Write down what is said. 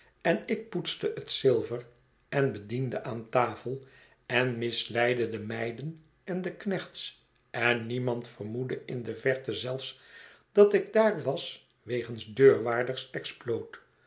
en ik poetste het zilver en bediende aan tafel en misleidde de meiden en de kneehts en niemand vermoedde in de verte zelfs dat ik daar was wegens deurwaarders exploot